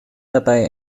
dabei